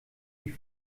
die